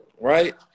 right